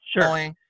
Sure